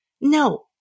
No